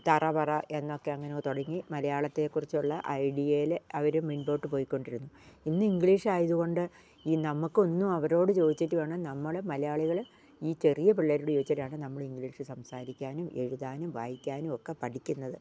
തറപറ എന്നൊക്കെ അങ്ങനെ തുടങ്ങി മലയാളത്തെ കുറിച്ചുള്ള ഐഡിയയിൽ അവർ മുൻപോട്ട് പോയി കൊണ്ടിരിക്കുന്നു ഇന്ന് ഇംഗ്ലീഷ് ആയതുണ്ട് ഈ നമ്മൾക്കൊന്നും അവരോട് ചോദിച്ചിട്ട് വേണം നമ്മൾ മലയാളികൾ ഈ ചെറിയ പിള്ളേരോട് ചോദിച്ചിട്ടാണ് നമ്മൾ ഇംഗ്ലീഷ് സംസാരിക്കാനും എഴുതാനും വായിക്കാനും ഒക്കെ പഠിക്കുന്നത്